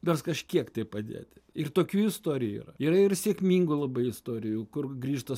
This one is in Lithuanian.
nors kažkiek tai padėti ir tokių istorijų yra yra ir sėkmingų labai istorijų kur grįžta